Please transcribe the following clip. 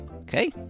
Okay